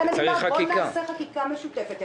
לכן אני אומרת, בואו נעשה חקיקה משותפת.